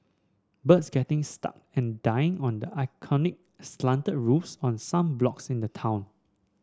birds getting stuck and dying under iconic slanted roofs of some blocks in the town